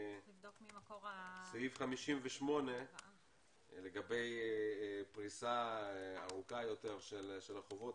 סעיף 58 לגבי פריסה ארוכה יותר של החובות,